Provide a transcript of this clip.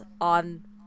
on